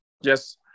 Yes